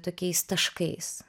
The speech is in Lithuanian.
tokiais taškais